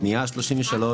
זה הרבה מאוד שנים.